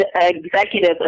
executive